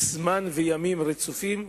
העדיפויות וימים רצופים,